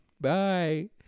Bye